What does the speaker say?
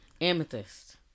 Amethyst